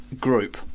group